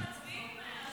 הודיעו לי שמצביעים.